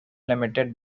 limited